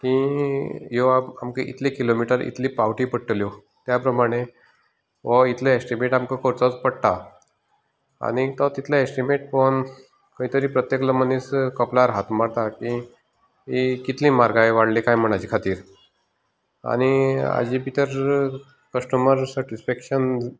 की येवप आमकां इतलें किलोमिटर इतल्यो पावटी पडटल्यो त्या प्रमाणें हो एक इतलो एसटीमेट आमकां करचोच पडटा आनी तो तितलो एस्टीमेट पळोवन खंयतरी प्रत्येकलो मनीस कपलार हात मारता की ही कितली म्हारगाय वाडल्या काय म्हण हाजे खातीर आनी हाजे भितर कस्टमर सेटिसफेक्शन जायना